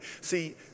See